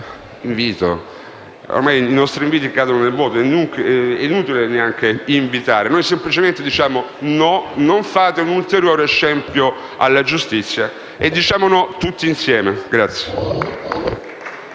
ormai i nostri inviti cadono nel vuoto ed è inutile invitare, dico semplicemente no. Non fate un ulteriore scempio alla giustizia e diciamo no tutti insieme.